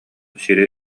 сири